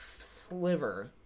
sliver